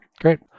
great